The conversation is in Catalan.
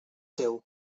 teu